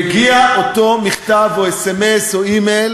מגיע אותו מכתב או סמ"ס או מייל